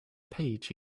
page